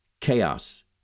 chaos